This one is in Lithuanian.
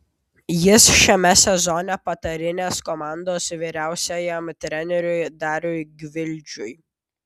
jis šiame sezone patarinės komandos vyriausiajam treneriui dariui gvildžiui